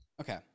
Okay